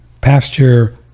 Pasture